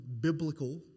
biblical